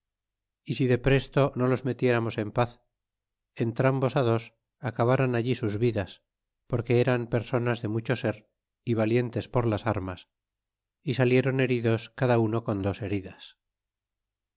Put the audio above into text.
y si de presto no los metiéramos en paz entrambos á dos acabaran allí sus vidas porque eran personas de mucho ser y valientes por las armas y salieron heridos cada uno con dos heridas